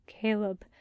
Caleb